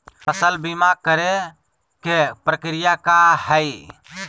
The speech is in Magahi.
फसल बीमा करे के प्रक्रिया का हई?